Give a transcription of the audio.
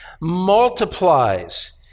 multiplies